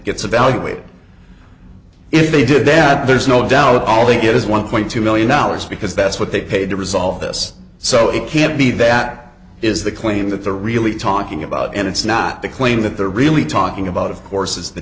gets evaluated if they did that there's no doubt at all they get is one point two million dollars because that's what they paid to resolve this so it can't be that is the claim that the really talking about and it's not the claim that they're really talking about of course is the